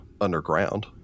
underground